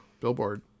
Billboard